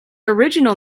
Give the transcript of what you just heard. original